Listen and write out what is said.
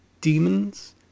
demons